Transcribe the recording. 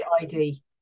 ID